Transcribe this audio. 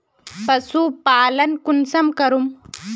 पशुपालन कुंसम करूम?